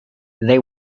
they